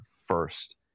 first